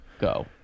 Go